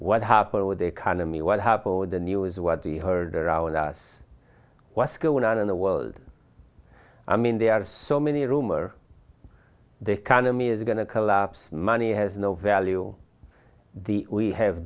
what happened with the economy what happened with the news what they heard around us what's going on in the world i mean there are so many rumor the economy is going to collapse money has no value the we have